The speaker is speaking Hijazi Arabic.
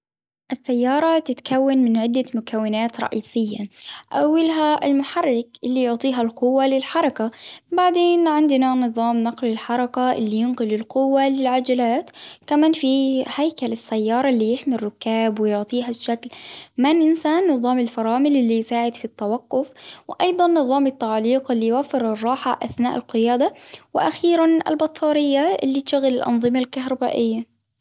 السيارة تتكون من عدة مكونات رئيسية، أولها المحرك اللي يعطيها القوة للحركة. بعدين عندنا نظام نقل الحركة اللي ينقل القوة للعجلات. كمان في هيكل السيارة اللي يحمي الركاب ويعطيها الشكل. ما ننسى نظام الفرامل اللي يساعد في وأيضا نظام التعليق اللي يوفر الراحة أثناء القيادة. وأخيرا البطارية اللي تشغل الأنظمة الكهربائية.